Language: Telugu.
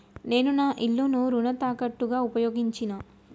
నేను నా ఇల్లును రుణ తాకట్టుగా ఉపయోగించినా